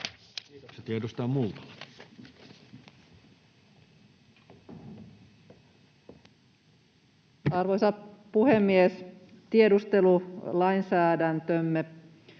Arvoisa puhemies! Tiedustelulainsäädäntömme